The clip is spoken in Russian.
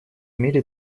мире